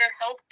health